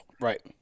Right